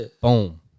Boom